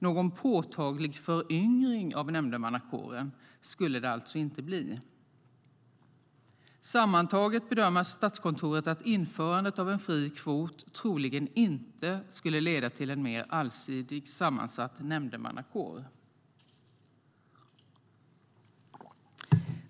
Någon påtaglig föryngring av nämndemannakåren skulle det alltså inte bli. Sammantaget bedömer Statskontoret att införandet av en fri kvot troligen inte skulle leda till en mer allsidigt sammansatt nämndemannakår.